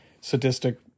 sadistic